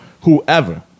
whoever